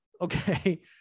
Okay